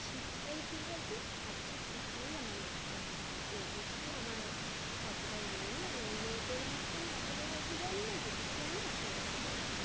ছিপটাই ঠিক আছে আর ছিপ টিপ দিয়েই আমরা মাছ টাছ ধরি এর বেশি আমার অতটাই এ নেই আর অন্যদের মতন অতটা হয়তো জানি না যেটুকু জানি আপনাদেরকে বললাম